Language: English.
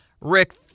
Rick